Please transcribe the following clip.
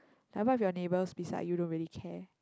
like what if your neighbours beside you don't really care